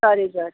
سارے جایہِ